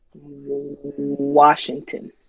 Washington